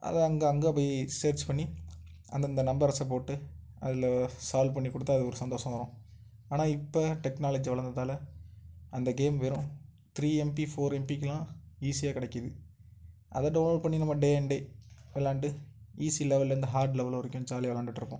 அது அங்கே அங்கே போய் சர்ச் பண்ணி அந்தந்த நம்பர்ஸை போட்டு அதில் சால்வ் பண்ணி கொடுத்தா அது ஒரு சந்தோசம் வரும் ஆனால் இப்போ டெக்னாலஜி வளர்ந்தததால அந்த கேம் வெறும் த்ரீ எம்பி ஃபோர் எம்பிக்கெலாம் ஈஸியாக கிடைக்கிது அதை டவுன்லோட் பண்ணி நம்ம டே அண்ட் டே விளாண்டு ஈஸி லெவல்லேருந்து ஹார்ட் லெவல் வரைக்கும் ஜாலியாக விளாண்டுட்டு இருப்போம்